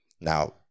Now